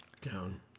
Down